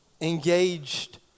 engaged